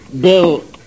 Bill